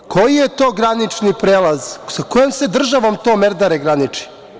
Koji je to granični prelaz, sa kojom se državom to Merdare graniči?